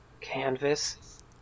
canvas